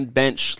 bench